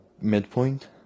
Midpoint